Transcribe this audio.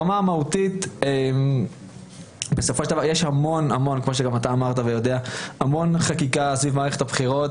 ברמה המהותית יש המון חקיקה סביב מערכת הבחירות